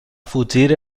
fugir